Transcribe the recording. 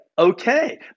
Okay